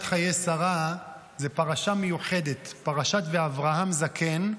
זאת פרשה מיוחדת, פרשת ואברהם זקן.